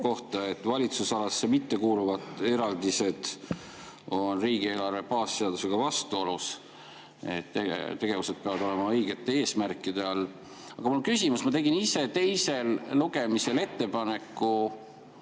seisukohta, et valitsusalasse mittekuuluvad eraldised on riigieelarve baasseadusega vastuolus, et tegevused peavad olema õigete eesmärkide all. Aga mul on küsimus. Ma tegin ise teisel lugemisel muudatusettepaneku